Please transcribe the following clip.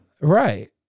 Right